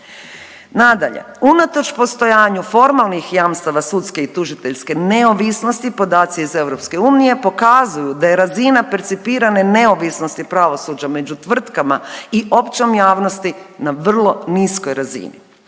Nadalje, unatoč postojanju formalnih jamstava sudske i tužiteljske neovisnosti podaci iz EU pokazuju da je razina percipirane neovisnosti pravosuđa među tvrtkama i općom javnosti na vrlo niskoj razini.